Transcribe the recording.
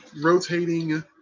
rotating